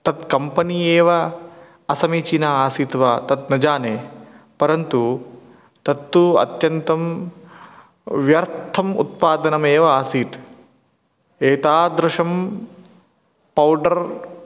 तद् कम्पनी एव असमीचीना आसीत् वा तत् न जाने परन्तु तत्तु अत्यन्तं व्यर्थम् उत्पादनमेव आसीत् एतादृशं पौडर्